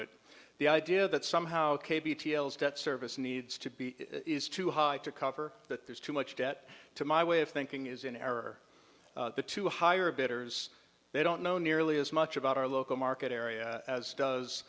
it the idea that somehow debt service needs to be is too high to cover that there's too much debt to my way of thinking is in error the two higher bidders they don't know nearly as much about our local market area as does